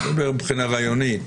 אני מדבר מבחינה רעיונית.